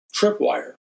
tripwire